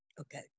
okay